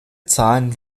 zahlen